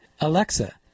Alexa